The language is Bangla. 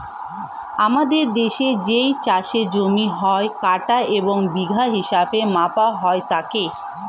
আমাদের দেশের যেই চাষের জমি হয়, কাঠা এবং বিঘা হিসেবে মাপা হয় তাকে